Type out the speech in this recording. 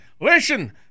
Listen